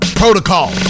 protocol